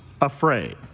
afraid